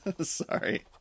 Sorry